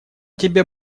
тебе